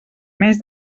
menys